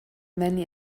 many